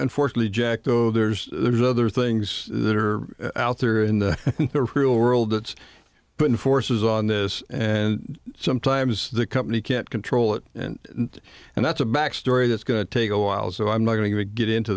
unfortunately jack though there's there's other things that are out there in the world that's been forces on this and sometimes the company can't control it and that's a back story that's going to take a while so i'm not going to get into